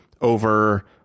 over